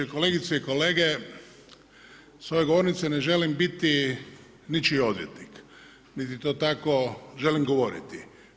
Kolegice i kolege, sa ove govornice ne želim biti ničiji odvjetnik niti to tako želim govoriti.